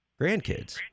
Grandkids